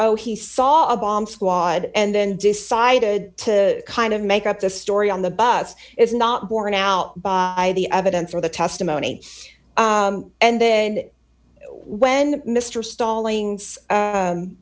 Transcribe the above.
oh he saw a bomb squad and then decided to kind of make up the story on the bus it's not borne out by the evidence or the testimony and then when mr stalling